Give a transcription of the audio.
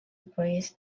breeds